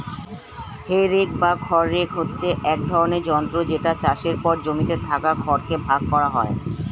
হে rake বা খড় rake হচ্ছে এক ধরণের যন্ত্র যেটা চাষের পর জমিতে থাকা খড় কে ভাগ করা হয়